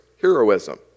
heroism